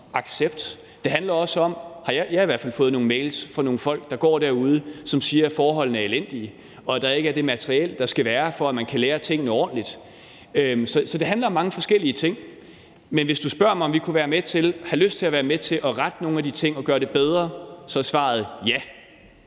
accept, og det handler om forholdene. Jeg har i hvert fald fået nogle mails fra nogle folk, der går derude, og de siger, at forholdene er elendige, og at der ikke er det materiel, der skal være, for at man kan lære tingene ordentligt. Så det handler om mange forskellige ting, men hvis du spørger mig, om vi kunne have lyst til at være med til at rette op på nogle af de ting og gøre dem bedre, så er svaret ja.